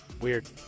Weird